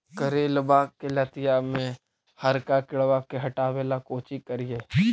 करेलबा के लतिया में हरका किड़बा के हटाबेला कोची करिए?